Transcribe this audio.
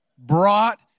brought